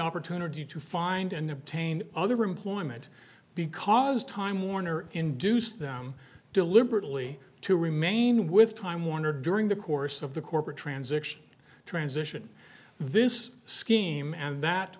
opportunity to find and obtain other employment because time warner induce them deliberately to remain with time warner during the course of the corporate transition transition this scheme and that